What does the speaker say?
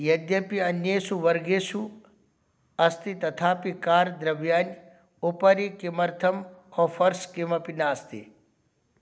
यद्यपि अन्येषु वर्गेषु अस्ति तथापि कार् द्रव्याणाम् उपरि किमर्थम् आफ़र्स् किमपि नास्ति